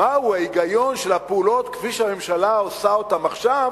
מהו ההיגיון של הפעולות כפי שהממשלה עושה אותן עכשיו,